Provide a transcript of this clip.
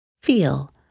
feel